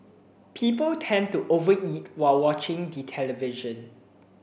people tend to over eat while watching the television